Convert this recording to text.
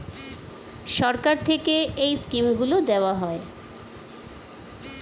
সরকার থেকে এই স্কিমগুলো দেওয়া হয়